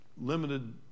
limited